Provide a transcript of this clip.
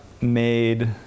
made